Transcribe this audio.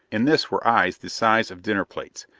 in this were eyes the size of dinner plates,